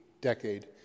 decade